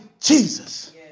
Jesus